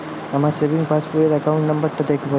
আমার savings passbook র account number টা দেখাবেন?